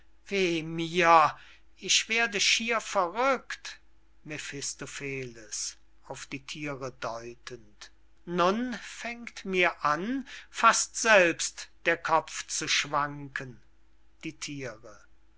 ich werde schier verrückt mephistopheles auf die thiere deutend nun fängt mir an fast selbst der kopf zu schwanken die thiere